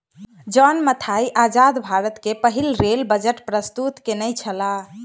John Mathai आजाद भारत के पहिल रेल बजट प्रस्तुत केनई छला